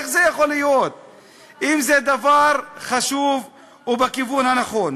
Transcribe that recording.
איך זה יכול להיות אם זה דבר חשוב ובכיוון הנכון?